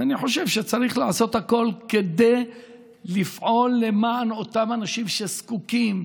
ואני חושב שצריך לעשות הכול כדי לפעול למען אותם אנשים שזקוקים.